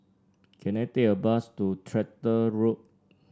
can I take a bus to Tractor Road